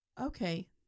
okay